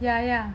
ya ya